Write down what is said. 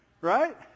right